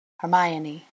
Hermione